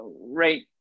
right